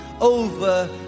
over